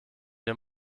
wir